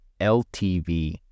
LTV